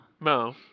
No